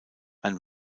ein